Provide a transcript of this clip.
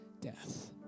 death